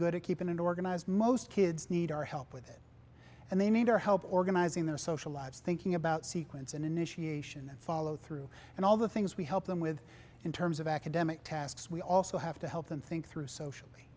good at keeping an organize most kids need our help with it and they made our help organizing their social lives thinking about sequence and initiation and follow through and all the things we help them with in terms of academic tasks we also have to help them think through social